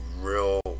real